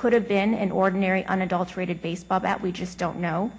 could have been an ordinary unadulterated baseball bat we just don't know